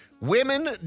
Women